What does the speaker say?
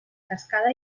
cascada